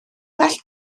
well